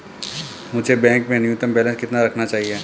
मुझे बैंक में न्यूनतम बैलेंस कितना रखना चाहिए?